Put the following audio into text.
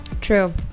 true